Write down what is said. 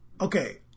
okay